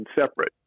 separate